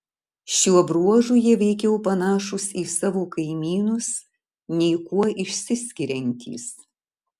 šiuo bruožu jie veikiau panašūs į savo kaimynus nei kuo išsiskiriantys